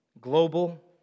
Global